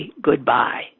goodbye